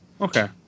okay